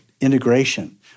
integration